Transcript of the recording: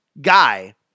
guy